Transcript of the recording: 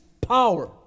power